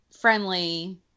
friendly